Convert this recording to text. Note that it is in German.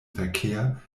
verkehr